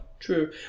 True